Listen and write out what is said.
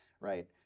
right